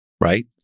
right